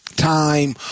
time